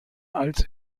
als